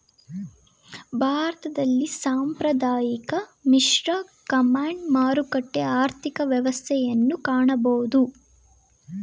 ಭಾರತದಲ್ಲಿ ಸಾಂಪ್ರದಾಯಿಕ, ಮಿಶ್ರ, ಕಮಾಂಡ್, ಮಾರುಕಟ್ಟೆ ಆರ್ಥಿಕ ವ್ಯವಸ್ಥೆಯನ್ನು ಕಾಣಬೋದು